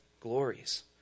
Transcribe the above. glories